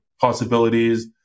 possibilities